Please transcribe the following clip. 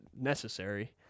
necessary